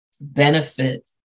benefit